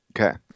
Okay